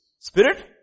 Spirit